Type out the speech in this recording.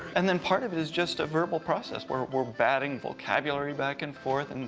and then part of it is just a verbal process where we're batting vocabulary back and forth, and,